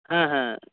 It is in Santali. ᱦᱮᱸ ᱦᱮᱸ